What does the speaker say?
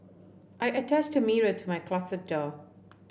I attached a mirror to my closet door